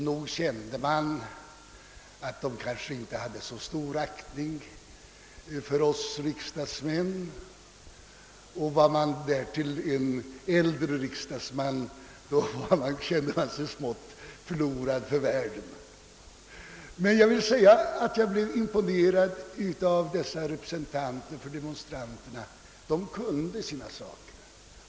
Nog kände man att de kanske inte hade så stor aktning för oss riksdagsmän. Var man därtill en äldre riksdagsman ansågs man, tycktes det, smått förlorad för världen. Men jag blev imponerad av dessa representanter för demonstranterna, ty de kunde sina saker.